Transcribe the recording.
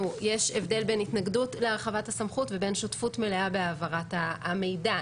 יש הבדל בין להתנגד להרחבת הסמכות לבין שותפות מלאה בהעברת המידע.